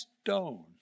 stone